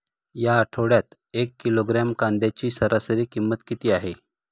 या आठवड्यात एक किलोग्रॅम कांद्याची सरासरी किंमत किती आहे?